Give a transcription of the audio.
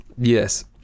yes